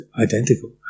identical